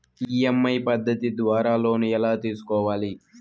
EMI పద్ధతి ద్వారా loan ఎలా తీసుకోవాలి